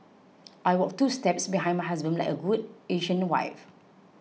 I walk two steps behind my husband like a good Asian wife